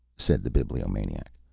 said the bibliomaniac.